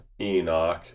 Enoch